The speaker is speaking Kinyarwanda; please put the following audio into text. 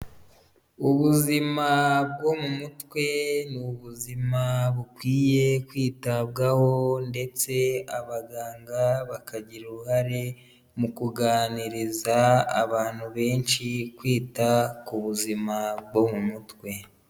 Ubuzima bwo mu mutwe ni ubuzima bukwiye kwitabwaho ndetse abaganga bakagira uruhare mu kuganiriza abantu benshi kwita ku buzima bwo mu mutwe.